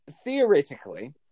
theoretically